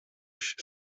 się